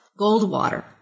Goldwater